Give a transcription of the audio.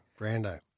Brando